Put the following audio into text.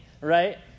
right